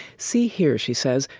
see here she says,